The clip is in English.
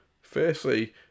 Firstly